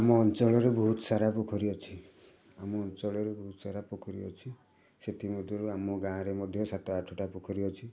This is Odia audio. ଆମ ଅଞ୍ଚଳରେ ବହୁତ ସାରା ପୋଖରୀ ଅଛି ଆମ ଅଞ୍ଚଳରେ ବହୁତ ସାରା ପୋଖରୀ ଅଛି ସେଥି ମଧ୍ୟରୁ ଆମ ଗାଁରେ ମଧ୍ୟ ସାତ ଆଠଟା ପୋଖରୀ ଅଛି